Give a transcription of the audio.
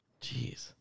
Jeez